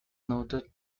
noted